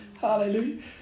Hallelujah